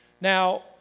Now